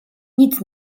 nic